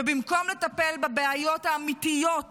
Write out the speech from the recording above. ובמקום לטפל בבעיות האמיתיות